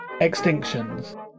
Extinctions